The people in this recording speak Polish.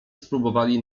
spróbowali